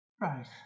Right